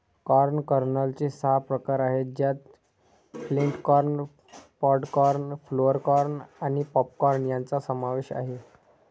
corn कर्नलचे सहा प्रकार आहेत ज्यात flint corn, pod corn, flour corn आणि पॉप कॉर्न यांचा समावेश आहे